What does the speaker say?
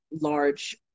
large